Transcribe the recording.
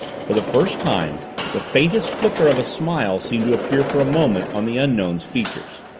for the first time the faintest flicker of a smile seemed to appear for a moment on the unknown's features.